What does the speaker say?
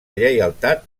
lleialtat